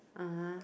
(uh huh)